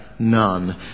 None